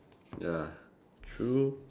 ya true